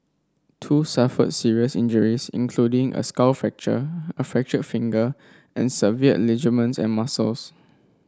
two suffered serious injuries including a skull fracture a fractured finger and severed ligaments and muscles